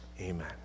Amen